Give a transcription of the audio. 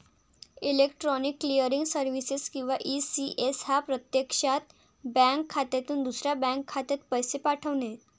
electronic clearing services किंवा ECS हा प्रत्यक्षात बँक खात्यातून दुसऱ्या बँक खात्यात पैसे पाठवणे